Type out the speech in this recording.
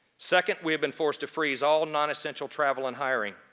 second, we have been forced to freeze all non-essential travel and hiring.